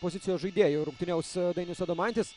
pozicijos žaidėjų rungtyniaus dainius adomaitis